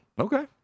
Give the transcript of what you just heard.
Okay